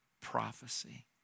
prophecy